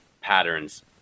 patterns